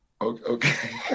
Okay